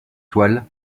toile